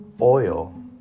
Oil